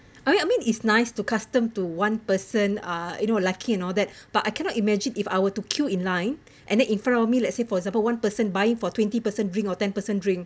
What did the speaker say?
oh ya I mean it's nice to custom to one person ah you know lucky and all that but I cannot imagine if I were to queue in line and then in front of me let's say for example one person buying for twenty person drink or ten person drink